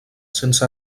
sense